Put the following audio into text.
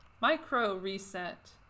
Micro-Reset